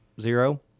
zero